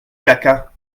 jacquat